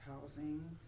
housing